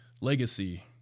legacy